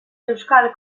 euskal